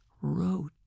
Wrote